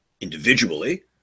Individually